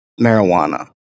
marijuana